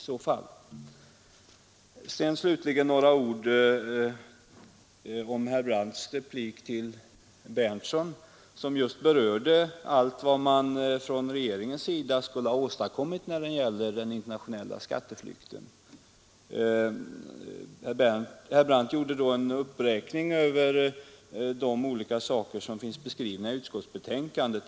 Slutligen några ord om herr Brandts replik till herr Berndtson som just berörde allt vad man från regeringens sida skulle ha åstadkommit när det gäller den internationella skatteflykten. Herr Brandt gjorde en uppräkning av de olika saker som finns beskrivna i utskottsbetänkandet.